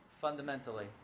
fundamentally